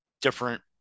different